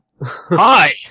Hi